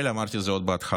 אמרתי את זה עוד בהתחלה,